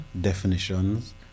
definitions